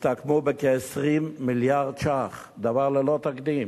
הסתכמו בכ-20 מיליארד ש"ח, דבר ללא תקדים.